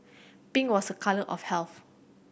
pink was a colour of health